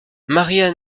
marian